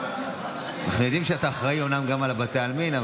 אנחנו יודעים שאתה אומנם אחראי גם לבתי העלמין,